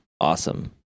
awesome